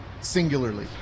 singularly